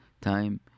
time